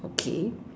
okay